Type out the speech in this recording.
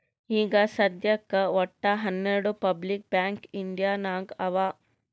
ಈಗ ಸದ್ಯಾಕ್ ವಟ್ಟ ಹನೆರ್ಡು ಪಬ್ಲಿಕ್ ಬ್ಯಾಂಕ್ ಇಂಡಿಯಾ ನಾಗ್ ಅವಾ